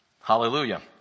Hallelujah